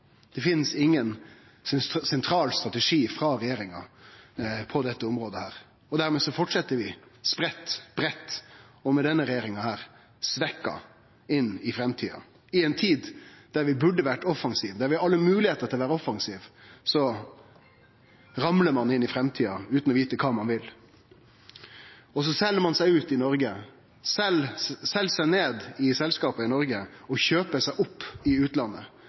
Det finst ingen sentral strategi frå regjeringa på dette området. Dermed fortset vi spreitt, breitt og – med denne regjeringa – svekt inn i framtida, i ei tid der vi burde ha vore offensive. Der vi har alle moglegheiter til å vere offensive, ramlar ein inn i framtida utan å vite kva ein vil. Ein sel seg ut i Noreg. Ein sel seg ned i selskap i Noreg og kjøper seg opp i utlandet.